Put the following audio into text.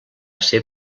ser